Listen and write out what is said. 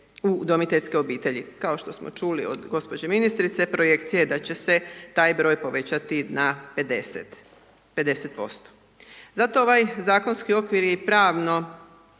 u udomiteljske obitelji. Kao što smo čuli od gospođe ministrice projekcija je da će se taj broj povećati na 50, 50%. Zato ovaj zakonski okvir i pravno